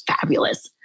fabulous